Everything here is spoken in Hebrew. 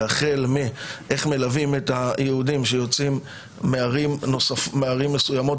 החל מאיך מלווים את היהודים שיוצאים מערים מסוימות